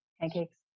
pancakes